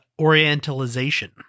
orientalization